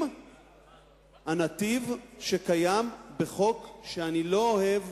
עם הנתיב שקיים בחוק שאני לא אוהב,